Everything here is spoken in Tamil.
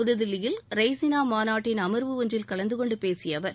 புதுதில்லியில் ரெய்சினா மாநாட்டின் ஆய்வு ஒன்றில் கலந்து கொண்டு பேசிய அவர்